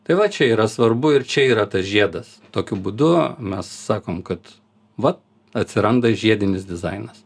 tai va čia yra svarbu ir čia yra tas žiedas tokiu būdu mes sakom kad va atsiranda žiedinis dizainas